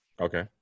Okay